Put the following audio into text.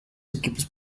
equipos